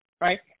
right